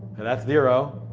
that's zero,